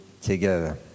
together